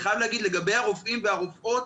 לגבי הרופאים והרופאות,